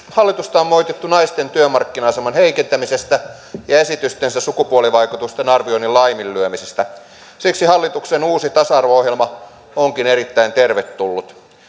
hallitusta on moitittu naisten työmarkkina aseman heikentämisestä ja esitystensä sukupuolivaikutusten arvioinnin laiminlyömisestä siksi hallituksen uusi tasa arvo ohjelma onkin erittäin tervetullut